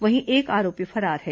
वहीं एक आरोपी फरार है